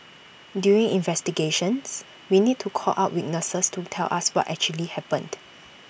during investigations we need to call up witnesses to tell us what actually happened